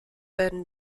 werden